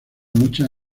muchas